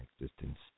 existence